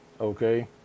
okay